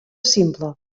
simple